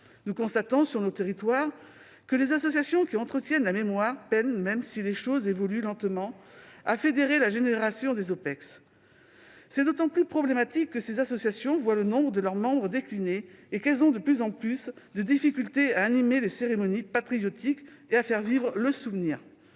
Nous constatons, sur nos territoires, que les associations qui entretiennent la mémoire peinent, même si les choses évoluent lentement, à fédérer la génération des OPEX. C'est d'autant plus problématique que ces associations voient le nombre de leurs membres décliner et qu'elles ont de plus en plus de difficultés à animer les cérémonies patriotiques et à faire vivre le souvenir.